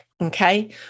okay